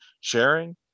sharing